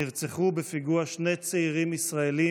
נרצחו בפיגוע שני צעירים ישראלים,